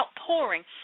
outpouring